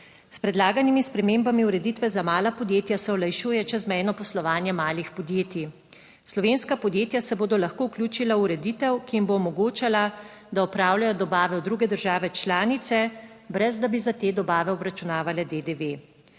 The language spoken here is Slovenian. S predlaganimi spremembami ureditve za mala podjetja se olajšuje čezmejno poslovanje malih podjetij, slovenska podjetja se bodo lahko vključila v ureditev, ki jim bo omogočala, da opravljajo dobave v druge države članice brez, da bi za te dobave obračunavale DDV.